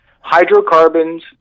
Hydrocarbons